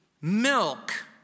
milk